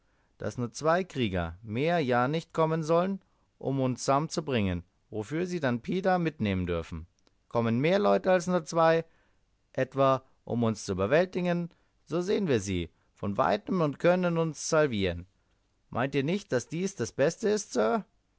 daß nur zwei krieger mehr ja nicht kommen sollen um uns sam zu bringen wofür sie dann pida mitnehmen dürfen kommen mehr leute als nur zwei etwa um uns zu überwältigen so sehen wir sie von weitem und können uns salvieren meint ihr nicht daß dies das beste ist